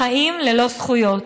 חיים ללא זכויות.